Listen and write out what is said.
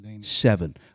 Seven